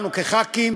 כחברי כנסת,